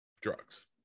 drugs